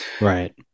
Right